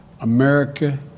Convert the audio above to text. America